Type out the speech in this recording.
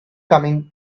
coming